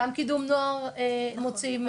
גם קידום נוער מוציאים,